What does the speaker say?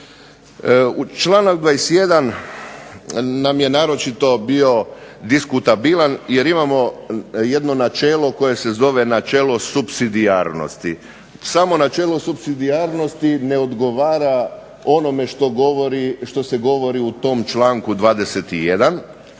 Članak 21. nam je naročito bio diskutabilan jer imamo jedno načelo koje se zove načelo supsidijarnosti. Samo načelo supsidijarnosti ne odgovara onome što se govori u tom članku 21.,